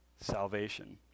salvation